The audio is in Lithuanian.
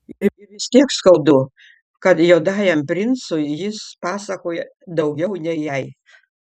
ir vis tiek skaudu kad juodajam princui jis pasakoja daugiau nei jai